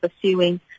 pursuing